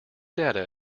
data